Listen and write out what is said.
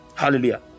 hallelujah